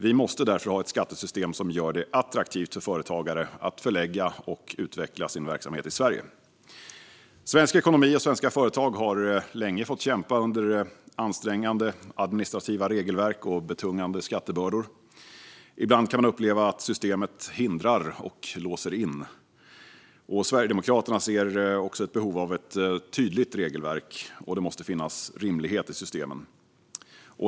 Vi måste därför ha ett skattesystem som gör det attraktivt för företagare att förlägga och utveckla sin verksamhet i Sverige. Svensk ekonomi och svenska företag har länge fått kämpa under ansträngande administrativa regelverk och betungande skattebördor. Ibland kan man uppleva att systemet hindrar och låser in. Sverigedemokraterna ser ett behov av ett tydligt regelverk, och det måste finnas rimlighet i systemen.